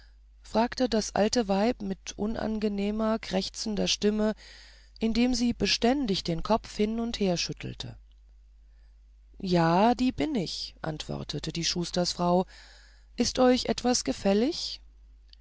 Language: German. fragte das alte weib mit unangenehmer krächzender stimme indem sie beständig den kopf hin und her schüttelte ja die bin ich antwortete die schustersfrau ist euch etwas gefällig